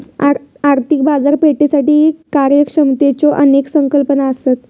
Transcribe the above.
आर्थिक बाजारपेठेसाठी कार्यक्षमतेच्यो अनेक संकल्पना असत